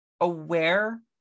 aware